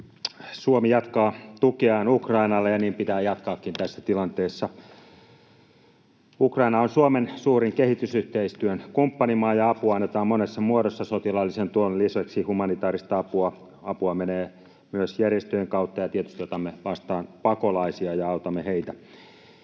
Suomi jatkaa tukeaan Ukrainalle, ja niin pitää jatkaakin tässä tilanteessa. Ukraina on Suomen suurin kehitysyhteistyön kumppanimaa, ja apua annetaan monessa muodossa. Sotilaallisen tuen lisäksi humanitaarista apua menee myös järjestöjen kautta, ja tietysti otamme vastaan pakolaisia ja autamme heitä.